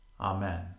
Amen